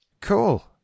Cool